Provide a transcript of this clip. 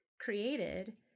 created